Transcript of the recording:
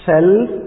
Self